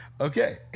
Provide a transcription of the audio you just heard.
Okay